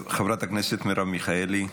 חברת הכנסת מרב מיכאלי,